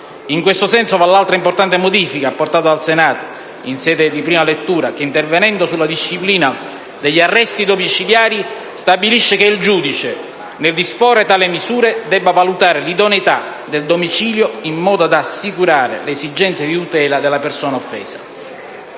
In questo senso va l'altra importante modifica apportata dal Senato in sede di prima lettura, che, intervenendo sulla disciplina degli arresti domiciliari, stabilisce che il giudice, nel disporre tali misure, debba valutare l'idoneità del domicilio in modo da assicurare le esigenze di tutela della persona offesa.